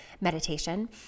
meditation